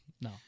No